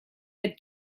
had